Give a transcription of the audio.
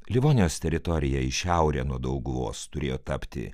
livonijos teritorija į šiaurę nuo dauguvos turėjo tapti